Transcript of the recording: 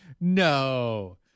No